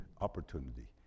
opportunity